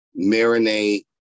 Marinate